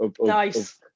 Nice